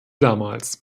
damals